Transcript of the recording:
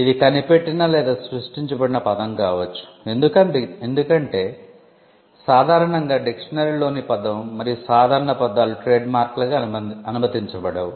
ఇది కనిపెట్టిన లేదా సృష్టించబడిన పదం కావచ్చు ఎందుకంటే సాధారణంగా డిక్షనరీ లోని పదం మరియు సాధారణ పదాలు ట్రేడ్మార్క్లగా అనుమతించబడవు